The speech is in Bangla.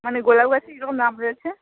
মানে গোলাপ গাছের কীরকম দাম রয়েছে